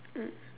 mm